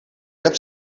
hebt